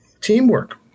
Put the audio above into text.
Teamwork